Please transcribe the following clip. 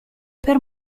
per